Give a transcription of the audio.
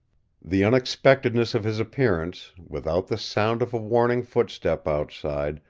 the unexpectedness of his appearance, without the sound of a warning footstep outside,